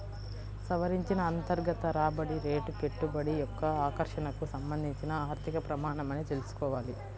సవరించిన అంతర్గత రాబడి రేటు పెట్టుబడి యొక్క ఆకర్షణకు సంబంధించిన ఆర్థిక ప్రమాణమని తెల్సుకోవాలి